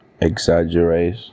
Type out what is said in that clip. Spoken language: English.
exaggerate